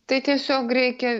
tai tiesiog reikia